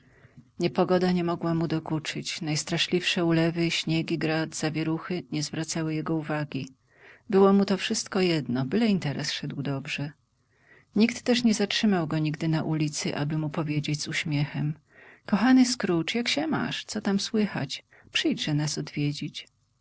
ostrzejszy niepogoda nie mogła mu dokuczyć najstraszliwsze ulewy śniegi grad zawieruchy nie zwracały jego uwagi było mu to wszystko jedno byle interes szedł dobrze nikt też nie zatrzymał go nigdy na ulicy aby mu powiedzieć z uśmiechem kochany scrooge jak się masz co tam słychać przyjdźże nas odwiedzić